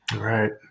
Right